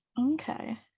Okay